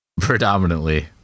Predominantly